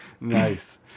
Nice